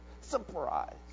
Surprise